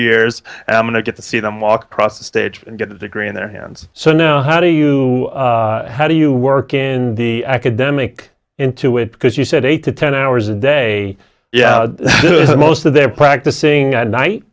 years and i'm going to get to see them walk across the stage and get a degree in their hands so know how do you how do you work in the academic into it because you said eight to ten hours a day yeah most of their practicing at night